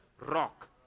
rock